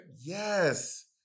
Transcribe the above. Yes